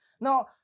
Now